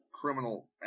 criminal